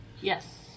Yes